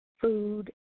food